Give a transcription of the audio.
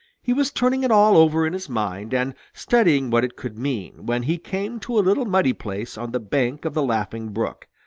he was turning it all over in his mind and studying what it could mean, when he came to a little muddy place on the bank of the laughing brook,